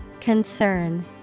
Concern